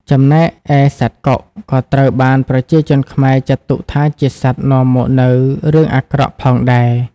ចំណែកឯសត្វកុកក៏ត្រូវបានប្រជាជនខ្មែរ ចាត់ទុកថាជាសត្វនាំមកនៅរឿងអាក្រក់ផងដែរ។